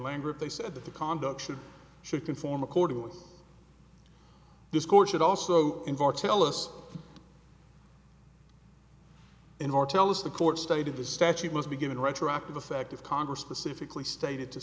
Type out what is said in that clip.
language they said that the conduct should should conform accordingly this court should also involve tell us in or tell us the courts stated the statute must be given retroactive effect of congress specifically stated to